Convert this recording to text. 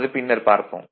அது பின்னர் பார்ப்போம்